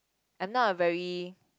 I'm not a very